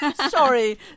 sorry